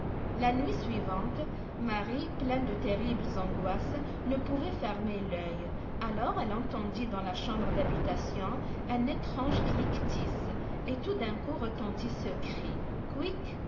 la nuit suivante marie pleine de terribles angoisses ne pouvait fermer l'œil alors elle entendit dans la chambre d'habitation un étrange cliquetis et tout d'un coup retentit ce cri couic